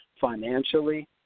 financially